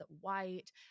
white